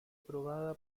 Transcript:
probada